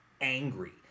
angry